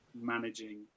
managing